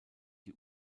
die